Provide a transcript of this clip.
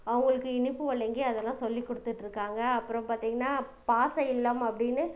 அவங்களுக்கு இனிப்பு வழங்கி அதெல்லாம் சொல்லி கொடுத்துட்ருக்காங்க அப்புறம் பார்த்திங்கன்னா பாச இல்லம் அப்படின்னு